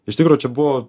iš tikro čia buvo